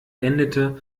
endete